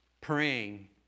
praying